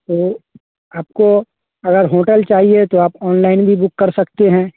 तो आपको अगर होटल चाहिए तो आप ऑनलाइन भी बुक कर सकते हैं